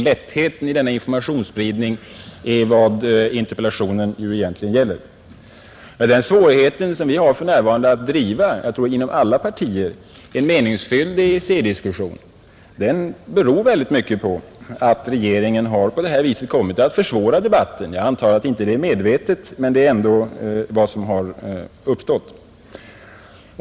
Lättheten i informationsspridningen är vad interpellationen gäller. Den svårighet som vi har för närvarande, jag tror inom alla partier, att driva en meningsfylld EEC-diskussion beror mycket på att regeringen på detta sätt har kommit att försvåra debatten — jag antar att det inte är medvetet, men det har ändå blivit så.